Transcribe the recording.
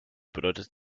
bedeutet